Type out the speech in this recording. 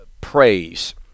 praise